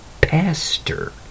pastor